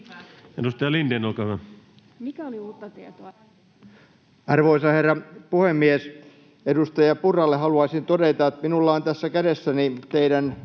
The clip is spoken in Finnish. Edustaja Lindén, olkaa hyvä. Arvoisa herra puhemies! Edustaja Purralle haluaisin todeta, että minulla on tässä kädessäni teidän